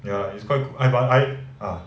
ya it's quite I but I uh